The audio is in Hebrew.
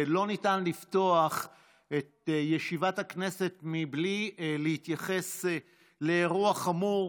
לא ניתן לפתוח את ישיבת הכנסת בלי להתייחס לאירוע חמור